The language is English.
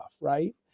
right